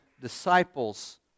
disciples